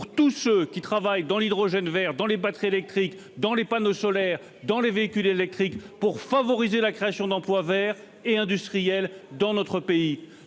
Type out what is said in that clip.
pour tous ceux qui travaillent dans les secteurs de l'hydrogène vert, des batteries électriques, des panneaux solaires, des véhicules électriques, pour favoriser la création d'emplois verts et industriels dans notre pays.